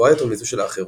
גבוהה יותר מזו של האחרות,